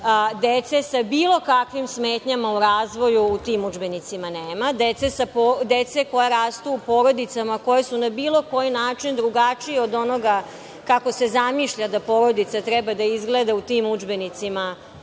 Dece sa bilo kakvim smetnjama u razvoju u tim udžbenicima nema. Dece koja rastu u porodicama koje su na bilo koji način drugačije od onoga kako se zamišljanja da porodica treba da izgleda u tim udžbenicima